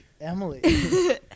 Emily